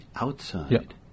outside